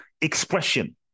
expression